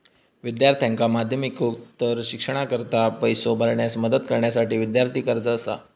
विद्यार्थ्यांका माध्यमिकोत्तर शिक्षणाकरता पैसो भरण्यास मदत करण्यासाठी विद्यार्थी कर्जा असा